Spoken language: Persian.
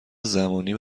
زمانی